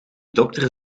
dokter